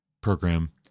program